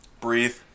Breathe